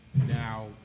Now